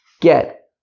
get